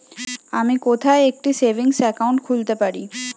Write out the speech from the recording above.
আমি কোথায় একটি সেভিংস অ্যাকাউন্ট খুলতে পারি?